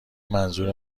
منظور